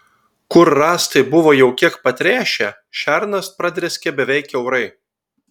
kur rąstai buvo jau kiek patręšę šernas pradrėskė beveik kiaurai